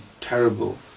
terrible